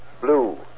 Blue